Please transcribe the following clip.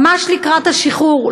ממש לקראת השחרור,